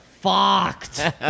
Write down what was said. fucked